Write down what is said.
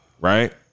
Right